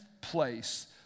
place